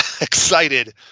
excited